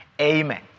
amen